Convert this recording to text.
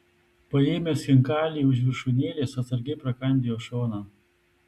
paėmęs chinkalį už viršūnėlės atsargiai prakandi jo šoną